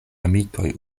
amikoj